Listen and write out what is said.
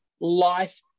life